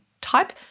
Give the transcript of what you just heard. type